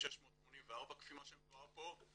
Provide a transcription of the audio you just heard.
7,684 כפי מה שמתואר פה,